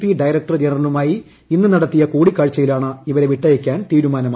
P director ജനറലൂമായി ഇന്ന് നടത്തിയ കൂടിക്കാഴ്ചയിലാണ് ഇവരെ വിട്ടയയ്ക്കാൻ തീരുമാനമായത്